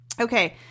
Okay